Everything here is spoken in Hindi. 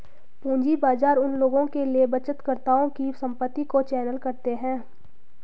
पूंजी बाजार उन लोगों के लिए बचतकर्ताओं की संपत्ति को चैनल करते हैं